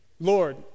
Lord